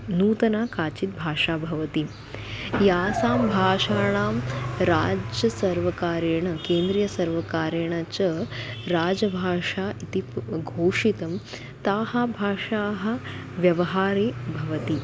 नूतना काचिद्भाषा भवति यासां भाषाणां राज्यसर्वकारेण केन्द्रीय सर्वकारेण च राजभाषा इति घोषितं ताः भाषाः व्यवहारे भवति